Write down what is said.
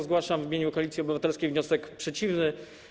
Zgłaszam w imieniu Koalicji Obywatelskiej wniosek przeciwny.